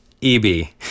E-B